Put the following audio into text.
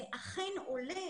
זה אכן עולה